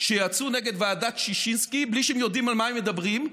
שיצאו נגד ועדת ששינסקי בלי שהם יודעים על מה הם מדברים.